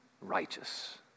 righteous